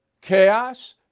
chaos